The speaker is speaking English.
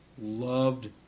loved